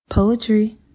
Poetry